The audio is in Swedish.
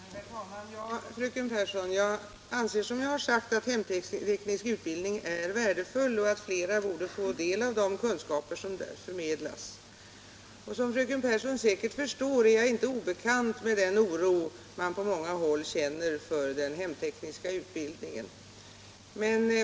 Herr talman! Ja, fröken Pehrsson, jag anser som jag har sagt att hemteknisk utbildning är värdefull och att flera borde få del av de kunskaper som där förmedlas. Som fröken Pehrsson säkert förstår är jag inte obekant med den oro som man på många håll känner för den hemtekniska utbildningen.